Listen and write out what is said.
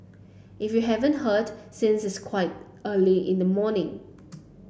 if you haven't heard since it's quite early in the morning